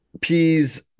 peas